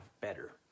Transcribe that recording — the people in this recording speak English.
better